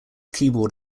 keyboard